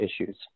issues